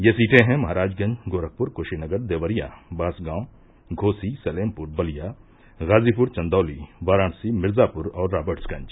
ये सीटें हैं महराजगंज गोरखपुर कूशीनगर देवरिया बांसगांव घोसी सलेमपुर बलिया गाजीपुर चन्दौली वाराणसी मिर्जाप्र और राबर्ट्सगंज